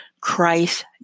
Christ